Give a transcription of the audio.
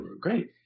great